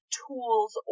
tools